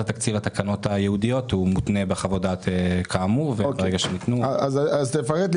תקציב התקנות הייעודיות כאמור מותנה בחוות דעת.